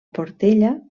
portella